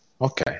okay